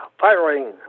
firing